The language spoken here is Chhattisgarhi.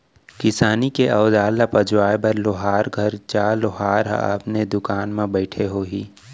किसानी के अउजार ल पजवाए बर लोहार घर जा, लोहार ह अपने दुकान म बइठे होही